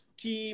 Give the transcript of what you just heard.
que